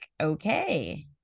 okay